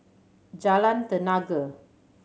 Jalan Tenaga